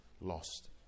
lost